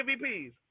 MVPs